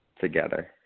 together